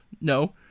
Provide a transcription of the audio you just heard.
No